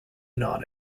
not